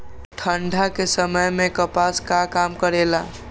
ठंडा के समय मे कपास का काम करेला?